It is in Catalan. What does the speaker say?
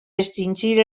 extingir